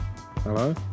Hello